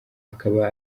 ukaba